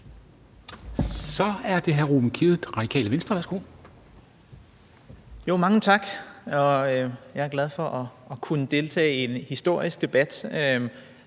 Så er det hr. Ruben Kidde, Radikale Venstre. Værsgo. Kl. 11:30 Ruben Kidde (RV): Mange tak. Jeg er glad for at kunne deltage i en historisk debat